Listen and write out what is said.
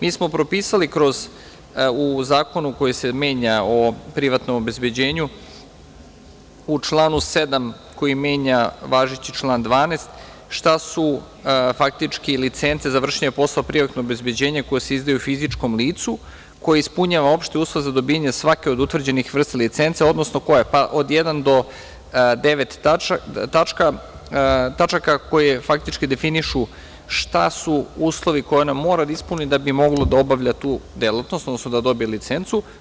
Mi smo propisali u zakonu koji se menja, o privatnom obezbeđenju, u članu 7. koji menja važeći član 12, šta su faktički licence za vršenje posla privatnog obezbeđenja koje se izdaju fizičkom licu koje ispunjava opšti uslov za dobijanje svake od utvrđenih vrsta licenci, odnosno, od jedan od devet tački, koje definišu šta su uslovi koje ono mora da ispuni da bi moglo da obavlja tu delatnost, odnosno da dobije licencu.